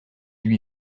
lui